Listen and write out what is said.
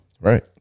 right